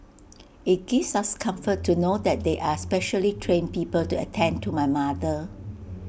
IT gives us comfort to know that there are specially trained people to attend to my mother